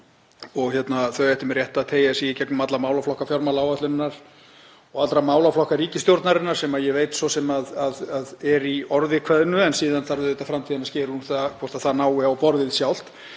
og þau ættu með réttu að teygja sig í gegnum alla málaflokka fjármálaáætlunar og alla málaflokka ríkisstjórnarinnar, sem ég veit svo sem að er í orði kveðnu en síðan þarf framtíðin að skera úr um það hvort það nái á borðið sjálft.